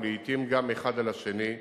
ולעתים גם האחד על השני.